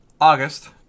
August